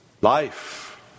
life